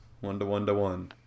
one-to-one-to-one